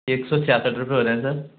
एक सौ छियासठ रूपये हो रहे हैं सर